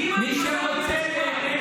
אם חזרתי בתשובה,